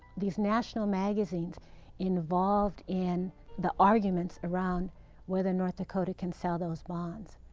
these national magazines involved in the arguments around whether north dakota can sell those bonds.